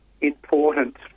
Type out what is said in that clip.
important